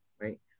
right